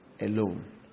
alone